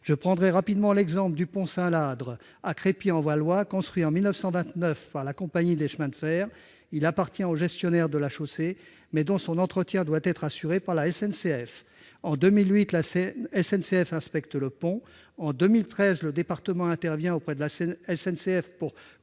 Je prendrai rapidement l'exemple du pont Saint-Ladre, à Crépy-en-Valois. Construit en 1929 par la compagnie des chemins de fer, il appartient au gestionnaire de la chaussée, mais son entretien doit être assuré par la SNCF. En 2008, la SNCF inspecte le pont. En 2013, le département intervient auprès de la SNCF pour connaître